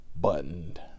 buttoned